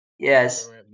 Yes